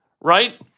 right